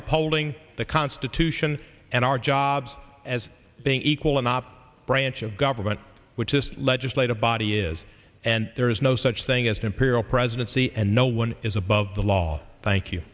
appalling the constitution and our jobs as being equal in op branch of government which this legislative body is and there is no such thing as an imperial presidency and no one is above the law thank you